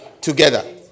together